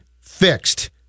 fixed